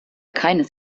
keines